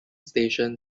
station